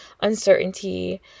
uncertainty